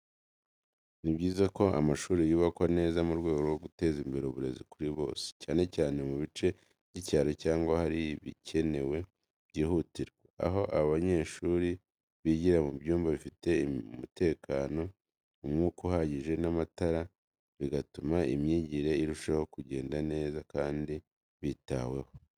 Ni byiza ko amashuri yubakwa neza mu rwego rwo guteza imbere uburezi kuri bose, cyane cyane mu bice by’icyaro cyangwa ahari ibikenewe byihutirwa. Aho abanyeshuri bigira mu byumba bifite umutekano, umwuka uhagije, n’amatara, bigatuma imyigire irushaho kugenda neza kandi bitaweho.